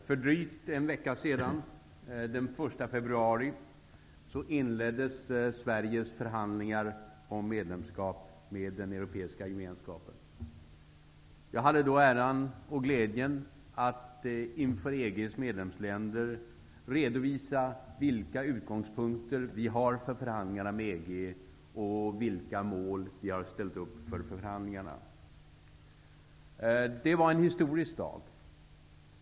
Herr talman! För drygt en vecka sedan, den 1 Jag hade då äran och glädjen att inför EG:s medlemsländer redovisa vilka utgångspunkter vi har för förhandlingarna med EG och vilka mål vi har ställt upp för förhandlingarna. Det var en historisk dag.